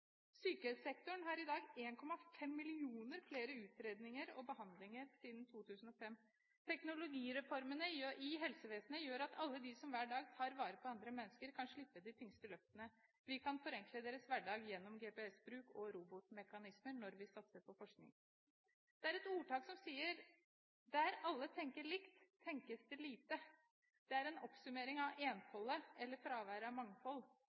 Sykehussektoren har i dag 1,5 millioner flere utredninger og behandlinger enn i 2005. Teknologireformene i helsevesenet gjør at alle de som hver dag tar vare på andre mennesker, kan slippe de tyngste løftene. Vi kan forenkle deres hverdag gjennom GPS-bruk og robotmekanismer når vi satser på forskning. Det er et ordtak som sier: Der alle tenker likt, tenkes det lite. Det er en oppsummering av enfoldet eller fravær av mangfold.